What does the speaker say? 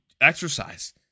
exercise